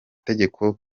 tegeko